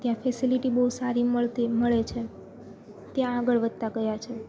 ત્યાં ફેસલિટી બહુ સારી મળતી મળે છે ત્યાં આગળ વધતાં ગયા છે